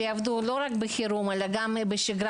שיעבדו לא רק בחירום אלא גם בשגרה,